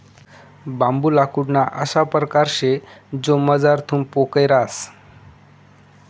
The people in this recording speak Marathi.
बांबू लाकूडना अशा परकार शे जो मझारथून पोकय रहास